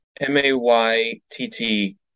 M-A-Y-T-T